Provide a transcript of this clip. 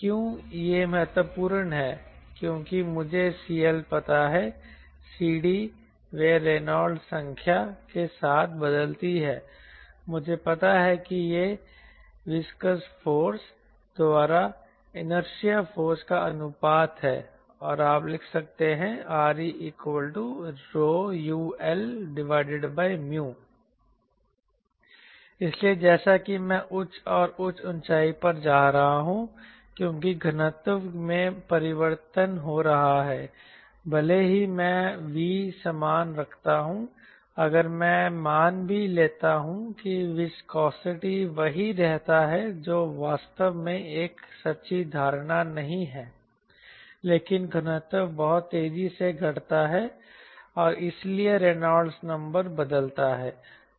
क्यों यह महत्वपूर्ण है क्योंकि मुझे CL पता है CD वे रेनॉल्ड्स संख्या के साथ बदलती हैं मुझे पता है कि यह वीस्कस फोर्स द्वारा इनअर्शिया फोर्स का अनुपात है और आप लिख सकते हैं ReρUL इसलिए जैसा कि मैं उच्च और उच्च ऊंचाई पर जा रहा हूं क्योंकि घनत्व में परिवर्तन हो रहा है भले ही मैं V समान रखता हूं अगर मैं मान भी लेता हूं कि विस्कोसिटी वही रहता है जो वास्तव में एक सच्ची धारणा नहीं है लेकिन घनत्व बहुत तेजी से घटता है और इसलिए रेनॉल्ड नंबर बदलता है